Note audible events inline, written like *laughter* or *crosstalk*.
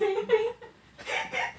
*laughs*